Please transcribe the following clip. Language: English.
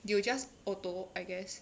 they will just auto I guess